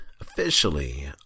officially